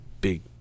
big